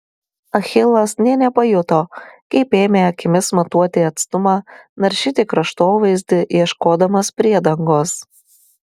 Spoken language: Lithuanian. achilas nė nepajuto kaip ėmė akimis matuoti atstumą naršyti kraštovaizdį ieškodamas priedangos